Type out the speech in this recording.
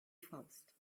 faust